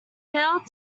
failed